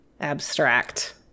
abstract